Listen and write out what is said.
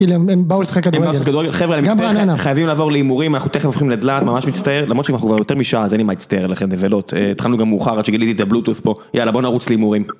הם באו לשחק כדורגל, חברה אני מצטער, חייבים לעבור להימורים, אנחנו תכף הופכים לדלעת, ממש מצטער, למרות שאנחנו כבר יותר משעה אז אין לי מה להצטער עליכם, נבלות, התחלנו גם מאוחר עד שגיליתי את הבלוטוס פה, יאללה בואו נרוץ להימורים